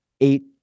eight